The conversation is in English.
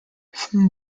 from